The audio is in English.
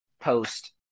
post